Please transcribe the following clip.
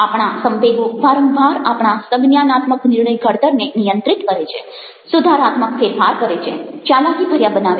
આપણા સંવેગો વારંવાર આપણા સંજ્ઞાનાત્મક નિર્ણય ઘડતરને નિયંત્રિત કરે છે સુધારાત્મક ફેરફાર કરે છે ચાલાકીભર્યા બનાવે છે